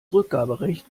rückgaberecht